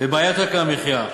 בבעיית יוקר המחיה,